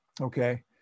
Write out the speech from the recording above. Okay